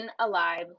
alive